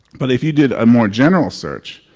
but if you did a more general search,